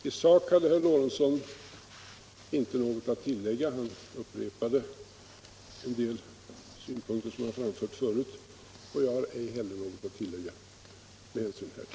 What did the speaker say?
I sak hade herr Lorentzon inte något att tillföra debatten, utan han upprepade en del synpunkter som han framfört förut. Med hänsyn härtill har inte heller jag något att tillägga. den det ej vill röstar nej.